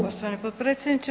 Poštovani potpredsjedniče.